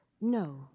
No